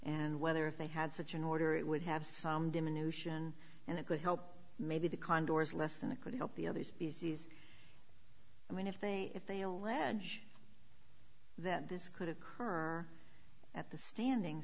and whether if they had such an order it would have some diminution and it could help maybe the contours less than it could help the other species i mean if they if they allege that this could occur at the standing